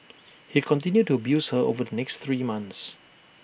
he continued to abuse her over the next three months